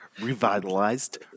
revitalized